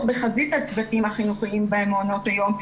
בחזית הצוותים החינוכיים במעונות היום,